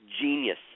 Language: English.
genius